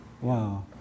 Wow